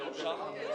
הישיבה נעולה.